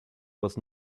was